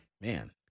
Man